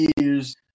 years